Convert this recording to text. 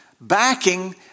backing